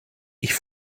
ich